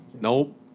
Nope